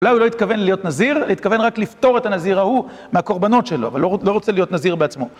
אולי הוא לא התכוון להיות נזיר, אלא התכוון רק לפתור את הנזיר ההוא מהקורבנות שלו, אבל לא רוצה להיות נזיר בעצמו.